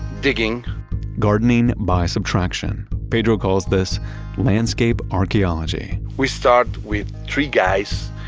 digging gardening by subtraction. pedro calls this landscape archeology we start with three guys,